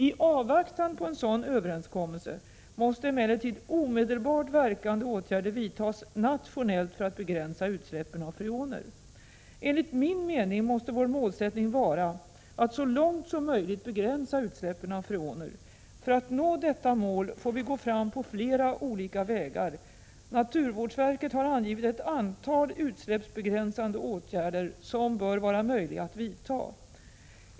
I avvaktan på en sådan överenskommelse måste emellertid omedelbart verkande åtgärder vidtas nationellt för att begränsa utsläppen av freoner. Enligt min mening måste vår målsättning vara att så långt som möjligt begränsa utsläppen av freoner. För att nå detta mål får vi gå fram på flera olika vägar. Naturvårdsverket har angivit ett antal utsläppsbegränsande åtgärder som bör vara möjliga att vidta.